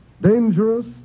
dangerous